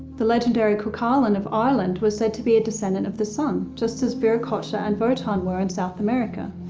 the legendary cuchulainn of ireland was said to be a descendant of the sun just as viracocha and votan were in south america.